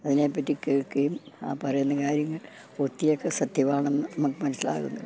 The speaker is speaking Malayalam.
അതിനെപ്പറ്റി കേൾക്കുകയും ആ പറയുന്ന കാര്യങ്ങൾ ഒത്തിരിയൊക്കെ സത്യമാണെന്ന് നമുക്ക് മനസ്സിലാകുന്നുണ്ട്